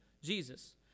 Jesus